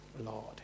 Lord